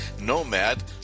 nomad